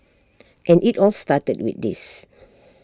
and IT all started with this